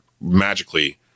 magically